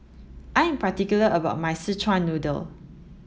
I am particular about my Szechuan noodle